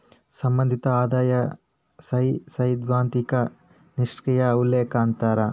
ಸಂಬಂಧಿತ ಆದಾಯ ಸೈದ್ಧಾಂತಿಕ ನಿಷ್ಕ್ರಿಯ ಉಲ್ಲೇಖ ಅಂತಾರ